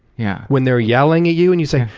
yeah when they're yelling at you, and you say,